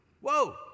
Whoa